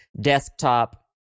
desktop